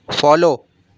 follow